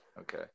Okay